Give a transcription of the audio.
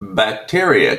bacteria